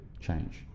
change